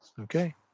Okay